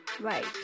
right